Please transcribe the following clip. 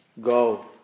Go